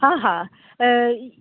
हा हा त